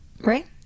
right